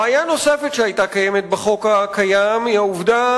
בעיה נוספת שהיתה בחוק הקיים היא העובדה